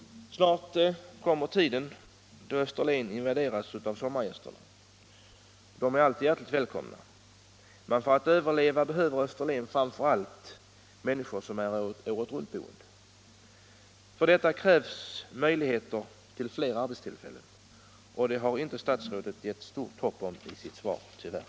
Snart kommer den tid då Österlen invaderas av sommargäster. De är alltid hjärtligt välkomna — men för att överleva behöver Österlen framför allt människor som är åretruntboende. För detta krävs fler arbetstillfällen — och det har statsrådet tyvärr inte givit stort hopp om i sitt svar.